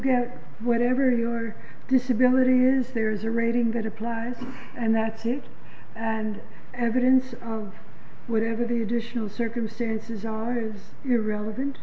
get whatever your disability is there's a rating that applies and that's it and evidence whatever the additional circumstances are is irrelevant